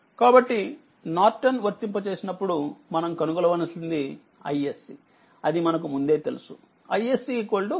కాబట్టినార్టన్ వర్తింపచేసినప్పుడుమనము కనుగొనవలసినది iSC అది మనకు ముందే తెలుసు iSC 4ఆంపియర్